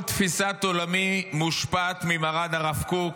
כל תפיסת עולמי מושפעת ממרן הרב קוק,